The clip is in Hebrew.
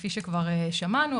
כפי שכבר שמענו,